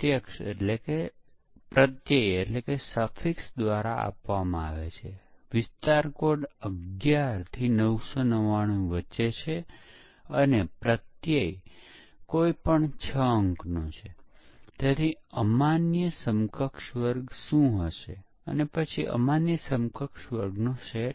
તે સમીક્ષા બેઠકો દ્વારા પકડાય છે અને પછી પરીક્ષણ ભૂલોને ઘટાડવાનું એક ખૂબ જ મહત્વપૂર્ણ સાધન છે ઑપચારિક સ્પષ્ટીકરણ અને ચકાસણી અને યોગ્ય ડેવલપમેંટ પ્રક્રિયાનો ઉપયોગ છે